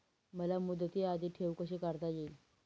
मला मुदती आधी ठेव कशी काढता येईल?